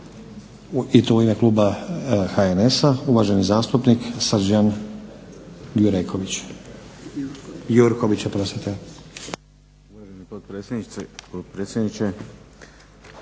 i to u ime kluba HNS-a uvaženi zastupnik Srđan Gjurković. **Gjurković, Srđan (HNS)** Uvaženi potpredsjedniče, poštovani